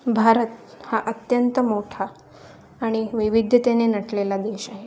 भारत हा अत्यंत मोठा आणि विविधतेने नटलेला देश आहे